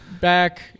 back